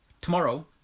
tomorrow